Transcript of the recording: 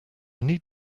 need